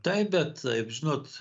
taip bet taip žinot